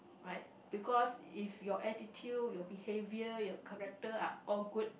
right because if your attitude your behaviour your character are all good